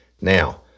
Now